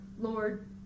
lord